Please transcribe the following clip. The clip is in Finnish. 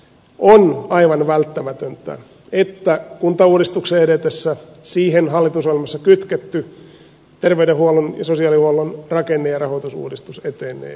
on aivan välttämätöntä että kuntauudistuksen edetessä siihen hallitusohjelmassa kytketty terveydenhuollon ja sosiaalihuollon rakenne ja rahoitusuudistus etenee